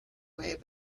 way